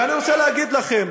ואני רוצה להגיד לכם,